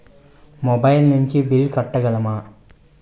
Mobile నుంచి bill కట్టగలమ?